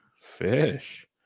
Fish